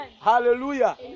Hallelujah